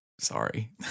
Sorry